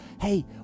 hey